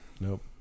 nope